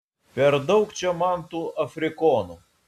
per daug čia man tų afrikonų